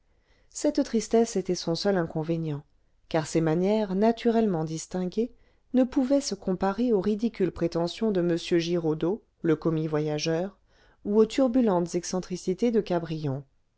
cette tristesse était son seul inconvénient car ses manières naturellement distinguées ne pouvaient se comparer aux ridicules prétentions de m giraudeau le commis voyageur ou aux turbulentes excentricités de cabrion